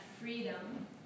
freedom